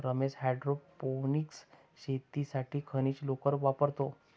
Ramesh hydroponics शेतीसाठी खनिज लोकर वापरतो